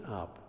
up